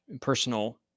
personal